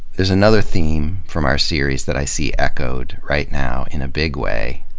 there's another theme from our series that i see echoed right now in a big way.